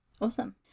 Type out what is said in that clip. Awesome